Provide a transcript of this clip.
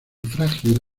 frágil